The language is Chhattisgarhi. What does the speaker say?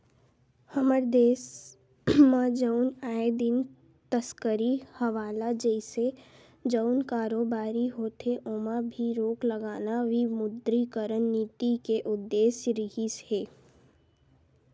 हमर देस म जउन आए दिन तस्करी हवाला जइसे जउन कारोबारी होथे ओमा भी रोक लगाना विमुद्रीकरन नीति के उद्देश्य रिहिस हे